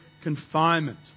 confinement